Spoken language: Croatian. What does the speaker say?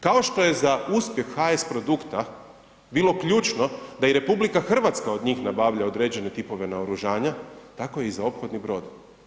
Kao što je za uspjeh HS Produkta bilo ključno da i RH od njih nabavlja određene tipove naoružanja, tako i za ophodne brodove.